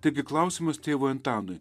taigi klausimas tėvui antanui